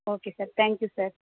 okay sir thank you sir